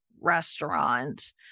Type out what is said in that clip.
restaurant